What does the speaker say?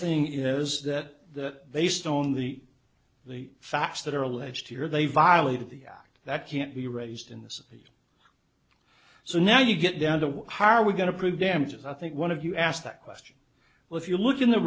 thing is that based on the the facts that are alleged here they violated the act that can't be raised in this case so now you get down to how are we going to prove damages i think one of you asked that question well if you look in the